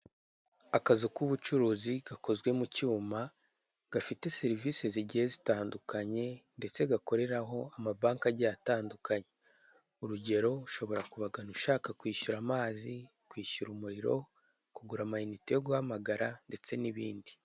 Akazu k'ubucuruzi gakozwe mu cyuma gafite serivise zigiye zitandukanye ndetse gakoreraho amabanke agiye atandukanye, urugero ushobora kubagana ushaka kwishyura amazi, kwishyura umuriro, kugura amayinite yo guhamagara ndetse n'ibindi.